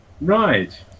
Right